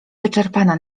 wyczerpana